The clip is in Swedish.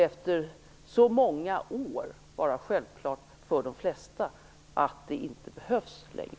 Efter så många år borde det vara självklart för de flesta att den inte behövs längre.